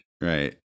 right